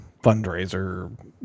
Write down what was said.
fundraiser